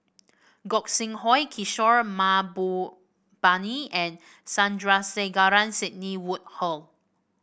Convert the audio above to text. Gog Sing Hooi Kishore Mahbubani and Sandrasegaran Sidney Woodhull